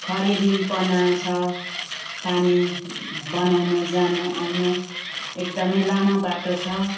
खडेरीपना छ पानी बनाउनु जानु आउनु एकदमै लामा बाटो छ